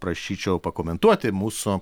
prašyčiau pakomentuoti mūsų